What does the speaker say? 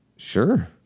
Sure